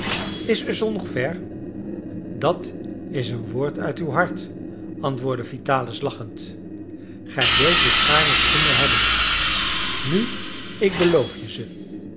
is ussel nog ver dat is een woord uit uw hart antwoordde vitalis lachend gij wilt dus gaarne schoenen hebben nu ik beloof je ze